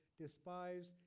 despised